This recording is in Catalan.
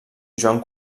joan